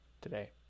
today